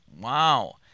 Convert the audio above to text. Wow